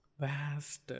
vast